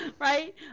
Right